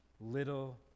little